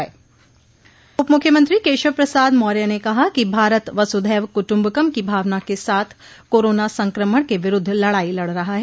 उपमुख्यमंत्री केशव प्रसाद मौर्य ने कहा कि भारत वसुधैव कुटुम्बकम की भावना के साथ कोरोना संक्रमण के विरूद्ध लड़ाई लड़ रहा है